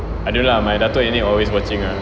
I don't know lah my datuk nenek always watching lah